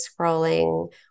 scrolling